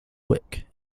wick